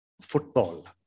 football